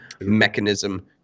mechanism